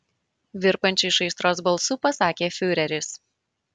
virpančiu iš aistros balsu pasakė fiureris